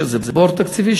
יש איזה בור תקציבי,